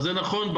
נכון,